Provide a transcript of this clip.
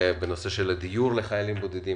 על הדיור לחיילים בודדים.